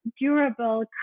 durable